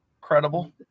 credible